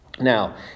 Now